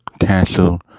cancel